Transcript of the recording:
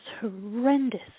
horrendous